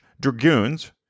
dragoons